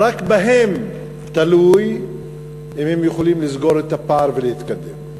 רק בהם תלוי אם הם יכולים לסגור את הפער ולהתקדם.